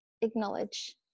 acknowledge